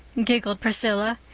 giggled priscilla.